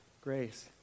grace